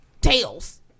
Tails